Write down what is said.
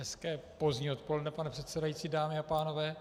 Hezké pozdní odpoledne, pane předsedající, dámy a pánové.